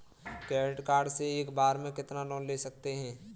Credit card से एक बार में कितना लोन ले सकते हैं?